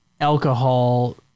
alcohol